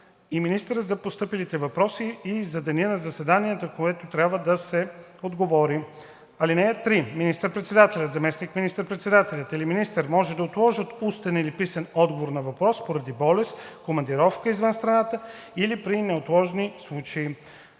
министъра за постъпилите въпроси и за деня на заседанието, на което трябва да се отговори. (3) Министър-председателят, заместник министър-председателят или министър може да отложат устен или писмен отговор на въпрос поради болест, командировка извън страната или при неотложни случаи.